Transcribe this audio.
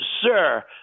sir